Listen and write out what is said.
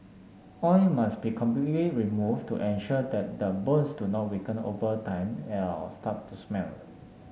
oil must be completely removed to ensure that the bones do not weaken over time start to smell